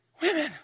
women